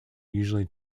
usually